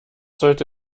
sollte